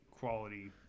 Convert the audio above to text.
quality